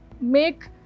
make